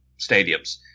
stadiums